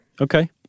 Okay